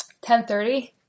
10.30